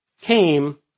came